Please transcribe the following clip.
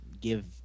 give